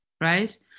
right